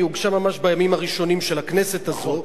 היא הוגשה ממש בימים הראשונים של הכנסת הזאת.